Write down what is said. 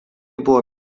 buvo